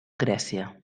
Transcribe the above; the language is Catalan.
grècia